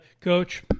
Coach